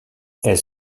elles